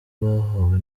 bahawe